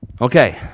okay